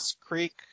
Creek